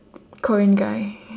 korean guy